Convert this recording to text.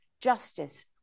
justice